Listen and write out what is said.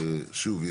ששוב,